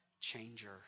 changer